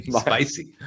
spicy